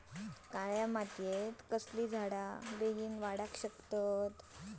काळ्या मातयेत कसले झाडा बेगीन वाडाक शकतत?